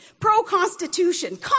pro-Constitution